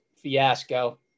fiasco